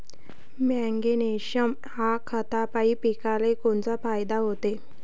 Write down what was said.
Magnesium ह्या खतापायी पिकाले कोनचा फायदा होते?